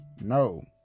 no